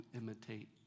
imitate